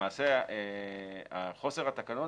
למעשה חוסר התקנות